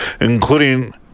including